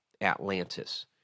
Atlantis